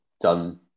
done